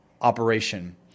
operation